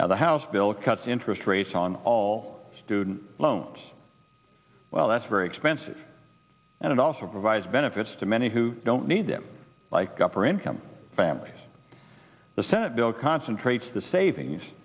now the house bill cuts interest rates on all student loans well that's very expensive and it also provides benefits to many who don't need them like upper income families the senate bill concentrates the savings